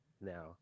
now